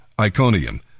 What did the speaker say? Iconium